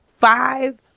five